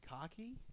cocky